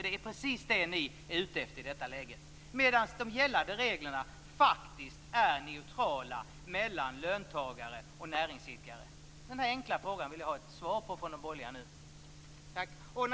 Det är precis det ni är ute efter i detta läge, medan de gällande reglerna faktiskt är neutrala mellan löntagare och näringsidkare. Den enkla frågan vill jag ha ett svar på från de borgerliga.